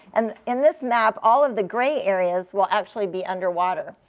and in this map, all of the gray areas will actually be underwater.